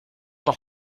noch